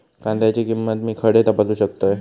कांद्याची किंमत मी खडे तपासू शकतय?